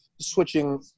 switching